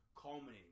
Culminating